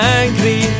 angry